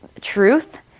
truth